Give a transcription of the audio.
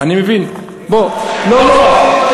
אני מבין, בוא, הם לא מסוגלים להתמודד עם המספר.